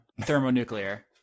thermonuclear